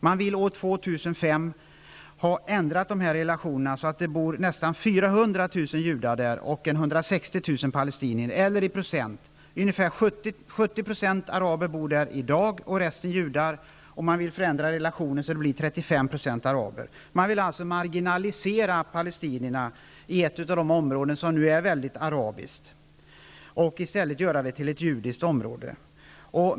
Man vill år 2005 ha ändrat dessa relationer, så att det då bor nästan 40000 judar och 160 000 palestinier i området. I dag bor där alltså 70 % araber, medan resten är judar. Man vill förändra dessa relationer, så att det blir 35 % araber. Man vill alltså marginalisera palestinierna i ett av de områden som nu är väldigt arabiskt och i stället göra det till ett judiskt område.